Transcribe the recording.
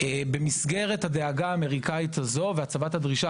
במסגרת הדאגה האמריקאית הזו והצבת הדרישה